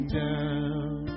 down